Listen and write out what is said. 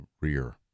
rear